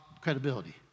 credibility